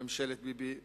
ממשלת ביבי נתניהו.